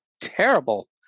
terrible